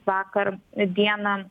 vakar dieną